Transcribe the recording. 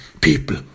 people